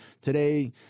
today